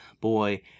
boy